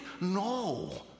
No